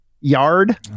yard